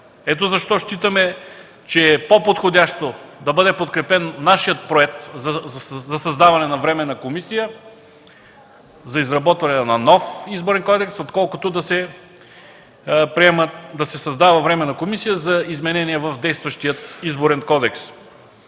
Ето защо смятаме, че е по-подходящо да бъде подкрепен нашия Проект за създаване на Временна комисия за изработване на нов Изборен кодекс, отколкото да се създава Временна комисия за изменения в действащия Изборен кодекс.